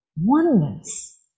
oneness